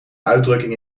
uitdrukking